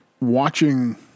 Watching